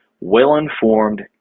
well-informed